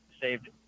saved